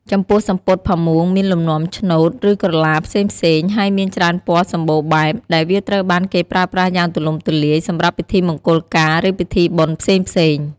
ចំពោះសំពត់ផាមួងមានលំនាំឆ្នូត ឬក្រឡាផ្សេងៗ ហើយមានច្រើនពណ៌សម្បូរបែប ដែលវាត្រូវបានគេប្រើប្រាស់យ៉ាងទូលំទូលាយសម្រាប់ពិធីមង្គលការ ឬពិធីបុណ្យផ្សេងៗ ។